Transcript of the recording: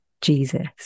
Jesus